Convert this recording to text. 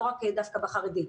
לא רק דווקא בחרדים.